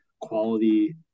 quality